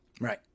right